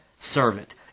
servant